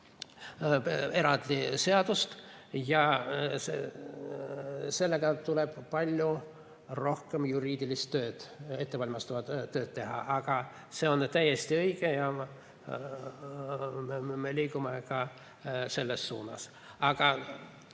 eraldi seadust ja sellega tuleb palju rohkem juriidilist tööd, ettevalmistavat tööd teha. Aga see on täiesti õige ja me liigume ka selles suunas. Aga